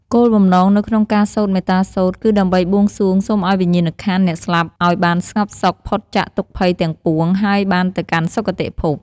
គោលបំណងនៅក្នុងការសូត្រមេត្តាសូត្រ គឺដើម្បីបួងសួងសូមឲ្យវិញ្ញាណក្ខន្ធអ្នកស្លាប់អោយបានស្ងប់សុខ ផុតចាកទុក្ខភ័យទាំងពួង ហើយបានទៅកាន់សុគតិភព។